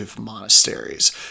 monasteries